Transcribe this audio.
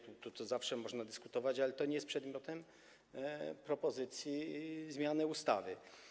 Tu zawsze można dyskutować, ale to nie jest przedmiotem propozycji zmiany ustawy.